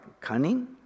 cunning